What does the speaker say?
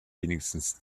wenigstens